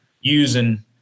using